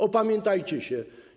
Opamiętajcie się.